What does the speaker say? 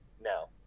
no